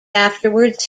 afterwards